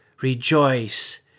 Rejoice